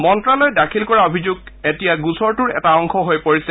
মন্তালয়ে দাখিল কৰা অভিযোগ এতিয়া গোচৰটোৰ এটা অংশ হৈ পৰিছে